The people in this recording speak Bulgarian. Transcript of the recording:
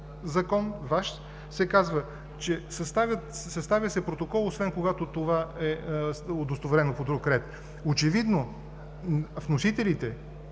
Закон се казва, че се съставя протокол, освен когато това е удостоверено по друг ред? Очевидно вносителите,